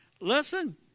listen